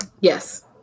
Yes